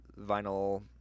vinyl